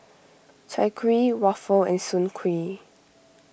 Chai Kuih Waffle and Soon Kuih